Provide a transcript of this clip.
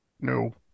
no